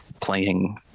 playing